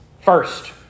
First